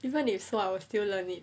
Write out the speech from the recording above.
even if so I will still learn it